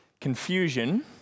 confusion